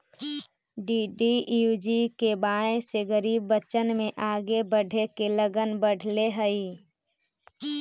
DDUGKY से गरीब बच्चन में आगे बढ़े के लगन बढ़ले हइ